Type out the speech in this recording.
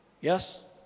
Yes